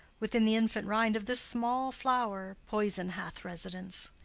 within the infant rind of this small flower poison hath residence,